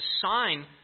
sign